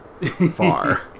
far